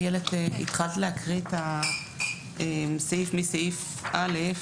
איילת, התחלת להקריא את הסעיף מסעיף (ב).